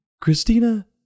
Christina